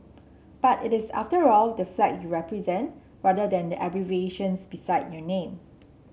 but it is after all the flag you represent rather than abbreviations beside your name